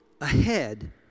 ahead